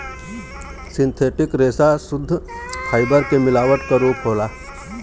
synthetic रेसा सुद्ध fibre के मिलावट क रूप होला